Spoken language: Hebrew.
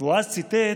הוא ציטט